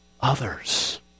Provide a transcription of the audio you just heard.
others